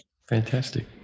Fantastic